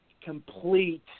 complete